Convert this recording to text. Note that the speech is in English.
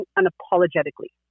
unapologetically